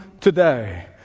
today